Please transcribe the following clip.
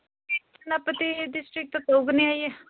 ꯁꯦꯅꯥꯄꯇꯤ ꯁꯦꯅꯥꯄꯇꯤ ꯗꯤꯁꯇ꯭ꯔꯤꯛꯇꯥ ꯇꯧꯒꯅꯤ ꯍꯥꯏꯌꯦ